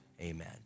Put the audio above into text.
amen